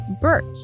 Birch